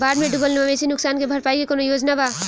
बाढ़ में डुबल मवेशी नुकसान के भरपाई के कौनो योजना वा?